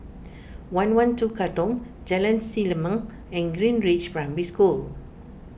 one one two Katong Jalan Selimang and Greenridge Primary School